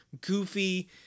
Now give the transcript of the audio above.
goofy